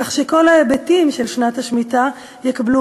כך שכל ההיבטים של שנת השמיטה יקבלו